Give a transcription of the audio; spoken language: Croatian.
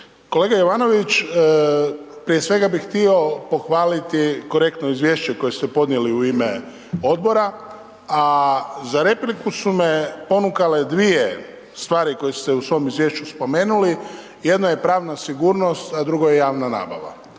Kolega Jovanović, prije svega bih htio pohvaliti korektno izvješće koje ste podnijeli u ime odbora, a za repliku su me ponukale dvije stvari koje ste u svom izvješću spomenuli, jedno je pravna sigurnost, a drugo je javna nabava.